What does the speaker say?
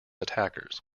attackers